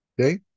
okay